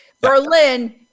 Berlin